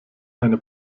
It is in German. eine